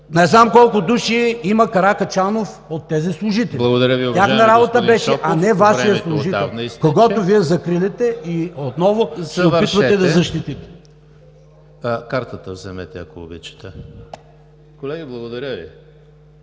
Не знам колко души има Каракачанов от тези служители. Тяхна работа беше, а не на Вашия служител, когото закриляте и отново се опитвате да защитите.